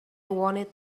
wanted